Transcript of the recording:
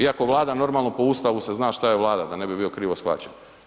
Iako Vlada normalno po Ustavu se zna što je Vlada da ne bi bio krivo shvaćen.